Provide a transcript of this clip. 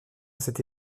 cette